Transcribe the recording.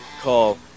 Call